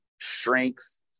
strength